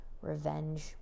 revenge